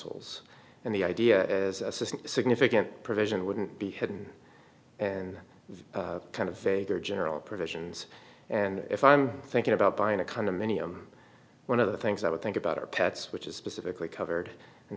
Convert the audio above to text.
souls and the idea is significant provision wouldn't be hidden and kind of general provisions and if i'm thinking about buying a condominium one of the things i would think about our pets which is specifically covered and